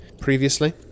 previously